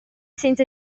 senza